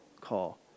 call